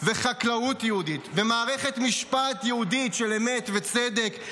וחקלאות יהודית ומערכת משפט יהודית של אמת וצדק.